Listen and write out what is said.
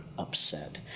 Upset